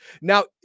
Now